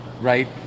right